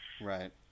right